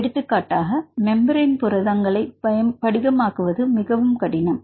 எடுத்துக்காட்டாக மெம்பரேன் புரதங்கள் படிகமாக்குவது மிகவும் கடினம்